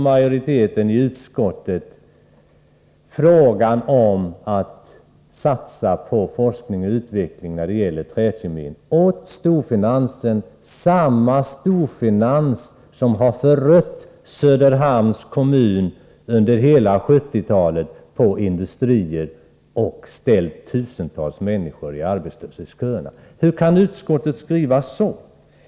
Majoriteten i utskottet överlämnar frågan om att satsa på forskning och utveckling när det gäller träkemin åt storfinansen, samma storfinans som under hela 1970-talet har förött Söderhamns kommun på industrier och ställt tusentals människor i arbetslöshet. Hur kan utskottet skriva så?